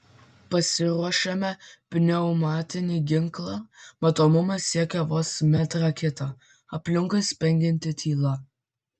pasiruošiame pneumatinį ginklą matomumas siekia vos metrą kitą aplinkui spengianti tyla